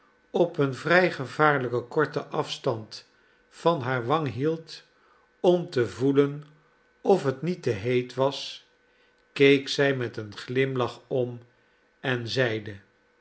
op een vrij gevaarlijken korten afstand van hare wang hield om te voelen of het niet te heet was keek zij met een glimlach om en zeide